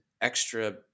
extra